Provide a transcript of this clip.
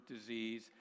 disease